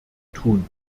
tun